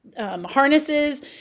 harnesses